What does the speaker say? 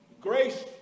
Grace